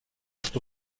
что